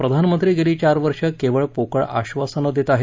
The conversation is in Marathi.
प्रधानमंत्री गेली चार वर्ष केवळ पोकळ आश्वासनं देत आहेत